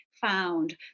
found